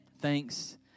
Thanks